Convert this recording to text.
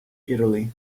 italy